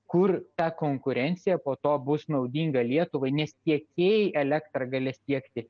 kur ta konkurencija po to bus naudinga lietuvai nes tiekėjai elektrą galės tiekti